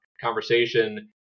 conversation